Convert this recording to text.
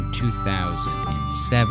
2007